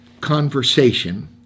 conversation